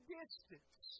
distance